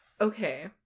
Okay